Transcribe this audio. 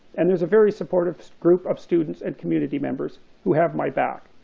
and there's a very supportive group of students and community members who have my back.